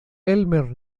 elmer